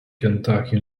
kentucky